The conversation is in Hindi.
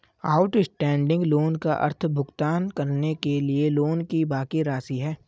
आउटस्टैंडिंग लोन का अर्थ भुगतान करने के लिए लोन की बाकि राशि है